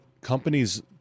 companies